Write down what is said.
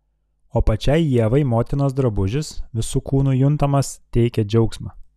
o pačiai ievai motinos drabužis visu kūnu juntamas teikė džiaugsmą